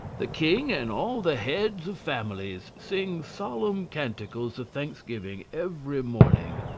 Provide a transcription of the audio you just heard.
the king and all the heads of families sing solemn canticles of thanksgiving every morning,